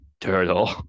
turtle